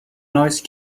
noise